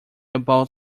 about